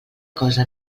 cosa